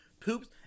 poops